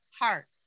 hearts